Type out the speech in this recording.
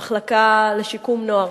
במחלקה לשיקום נוער.